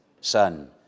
son